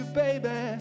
baby